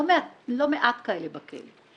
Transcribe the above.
לא מעט כאלה בכלא,